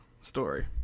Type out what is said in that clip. story